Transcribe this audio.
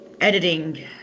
editing